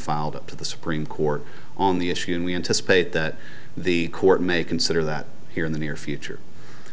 filed up to the supreme court on the issue and we anticipate that the court may consider that here in the near future